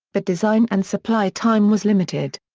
but design and supply time was limited.